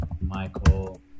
Michael